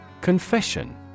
Confession